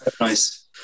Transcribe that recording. Nice